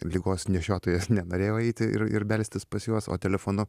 ligos nešiotojas nenorėjau eiti ir ir belstis pas juos o telefonu